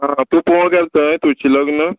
आ तूं पोळवंक गेल थंय तुंची लग्न